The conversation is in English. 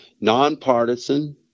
nonpartisan